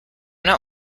not